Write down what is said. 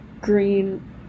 green